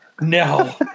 No